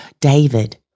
David